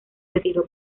retiró